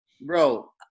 Bro